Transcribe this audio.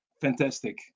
Fantastic